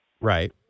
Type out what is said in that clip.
Right